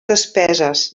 despeses